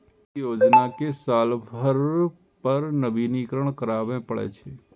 एहि योजना कें साल भरि पर नवीनीकरण कराबै पड़ै छै